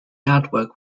artwork